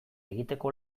egiteko